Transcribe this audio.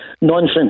Nonsense